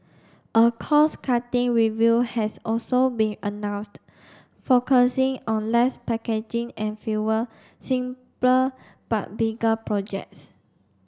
a cost cutting review has also been announced focusing on less packaging and fewer simpler but bigger projects